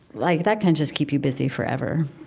like that can just keep you busy forever